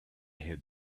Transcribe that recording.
had